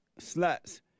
sluts